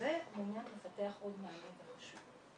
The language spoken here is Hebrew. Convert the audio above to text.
ו- -- לפתח עוד מענה וחשוב.